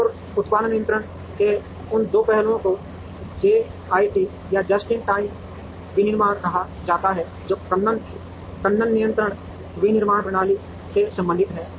और उत्पादन नियंत्रण के उन दो पहलुओं को जेआईटी या जस्ट इन टाइम विनिर्माण कहा जाता है जो कि कन्नन नियंत्रित विनिर्माण प्रणालियों से संबंधित है